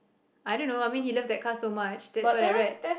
I don't know I mean he love that car so much that's what I read